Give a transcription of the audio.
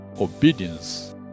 obedience